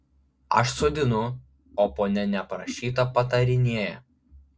aš sodinu o ponia neprašyta patarinėja